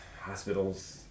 Hospitals